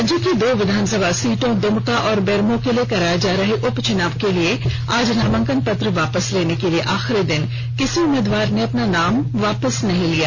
राज्य की दो विधान सभा सीटों दुमका और बेरमो के लिए कराए जा रहे उपचुनाव के लिए आज नामांकन पत्र वापस लेने के आखिरी दिन किसी उम्मीदवार ने नाम वापस नहीं लिया